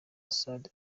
assad